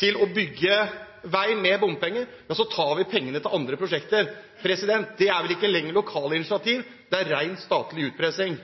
til å bygge vei med bompenger, så tar vi pengene til andre prosjekter. Det er vel ikke lenger lokale initiativ! Det er ren statlig utpressing